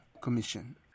Commission